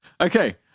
Okay